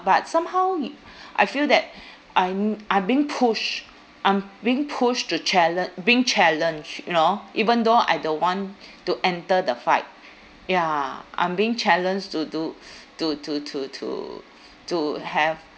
but somehow y~ I feel that I'm I being pushed I'm being pushed to challen~ being challenged you know even though I don't want to enter the fight ya I'm being challenged to do to to to to to have